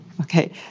Okay